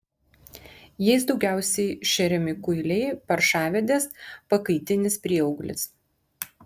jais daugiausiai šeriami kuiliai paršavedės pakaitinis prieauglis